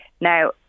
Now